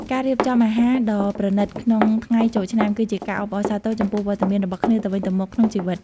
ការរៀបចំអាហារដ៏ប្រណីតក្នុងថ្ងៃចូលឆ្នាំ គឺជាការអបអរសាទរចំពោះវត្តមានរបស់គ្នាទៅវិញទៅមកក្នុងជីវិត។